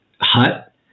hut